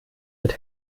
wird